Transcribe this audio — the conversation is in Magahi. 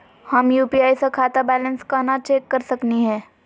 हम यू.पी.आई स खाता बैलेंस कना चेक कर सकनी हे?